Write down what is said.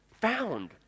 found